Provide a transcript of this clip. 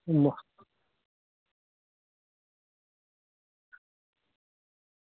महां